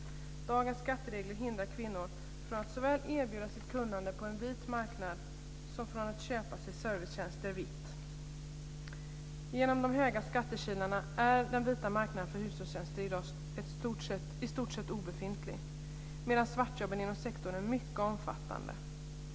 Dagens skatteregler hindrar kvinnor från att såväl erbjuda sitt kunnande på en vit marknad som köpa sig servicetjänster vitt. Genom de höga skattekilarna är den vita marknaden för hushållstjänster i dag i stort sett obefintlig medan svartjobben inom sektorn är mycket omfattande.